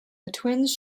twins